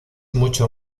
mucho